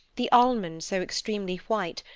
the almonds so extremely white,